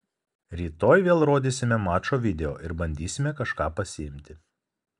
rytoj vėl rodysime mačo video ir bandysime kažką pasiimti